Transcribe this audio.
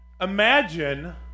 imagine